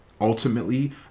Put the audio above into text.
Ultimately